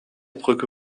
brücke